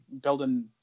building